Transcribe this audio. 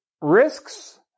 risks